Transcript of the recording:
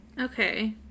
okay